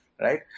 Right